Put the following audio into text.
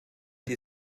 die